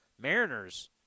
Mariners